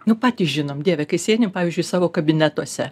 nu patys žinom dieve kai sėdim pavyzdžiui savo kabinetuose